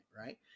right